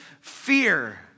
fear